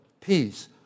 peace